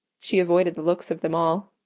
she avoided the looks of them all,